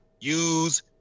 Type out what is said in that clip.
use